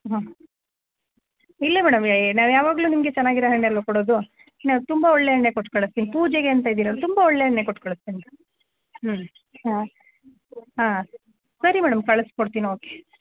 ಹಾಂ ಇಲ್ಲ ಮೇಡಮ್ ಏ ನಾವು ಯಾವಾಗಲೂ ನಿಮಗೆ ಚೆನ್ನಾಗಿರೊ ಹಣ್ಣೇ ಅಲ್ವಾ ಕೊಡೋದು ನಾ ತುಂಬ ಒಳ್ಳೆಯ ಹಣ್ಣೇ ಕೊಟ್ಟು ಕಳಿಸ್ತೀನಿ ಪೂಜೆಗೆ ಅಂತ ಇದೀರಲ್ಲ ತುಂಬ ಒಳ್ಳೆಯ ಹಣ್ಣೇ ಕೊಟ್ಟು ಕಳಿಸ್ತೀನಿ ಹ್ಞೂ ಹಾಂ ಹಾಂ ಸರಿ ಮೇಡಮ್ ಕಳ್ಸ್ಕೊಡ್ತೀನಿ ಓಕೆ